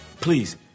please